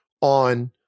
on